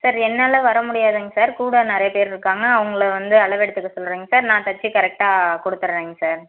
sir என்னால் வர முடியாதுங்க சார் கூட நிறைய பேர் இருக்காங்க அவங்கள வந்து அளவெடுத்துக்க சொல்லுறேங்க சார் நான் தச்சு கரெக்டாக கொடுத்துட்றேங்க சார்